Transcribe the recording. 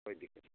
कोई दिक्कत नई